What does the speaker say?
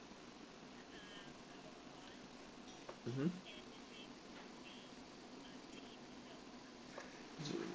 mmhmm